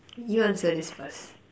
you answer this first